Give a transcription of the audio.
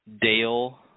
Dale